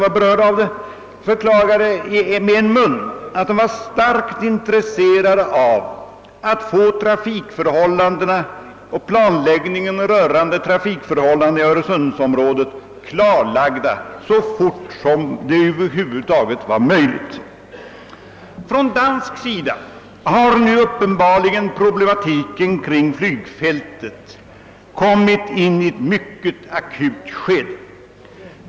De uttalade med en mun att de var starkt intresserade av att få trafikförhållandena och planläggningen av dessa i öresundsområdet klarlagda så snart som det över huvud taget var möjligt. På danskt håll har problematiken kring flygfältet nu uppenbarligen kommit in i ett mycket akut skede.